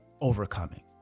overcoming